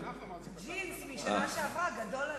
ג'ינס משנה שעברה גדול עליה.